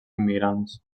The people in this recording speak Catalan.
immigrants